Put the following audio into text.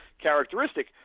characteristic